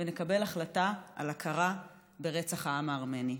ונקבל החלטה על הכרה ברצח העם הארמני.